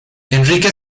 enrique